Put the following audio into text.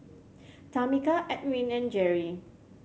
Tameka Edwin and Jeri